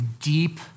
deep